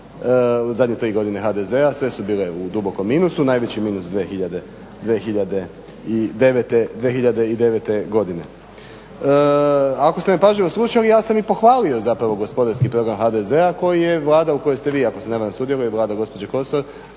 u zadnje tri godine HDZ-a, sve su bile u dubokom minusu, najveći minus 2009. godine. Ako ste me pažljivo slušali, ja sam i pohvalio zapravo gospodarski program HDZ-a koji je Vlada u kojoj ste vi ako se ne varam sudjelovali i Vlada gospođe Kosor